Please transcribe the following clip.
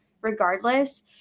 regardless